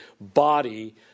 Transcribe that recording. body